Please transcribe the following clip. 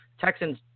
Texans